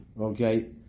Okay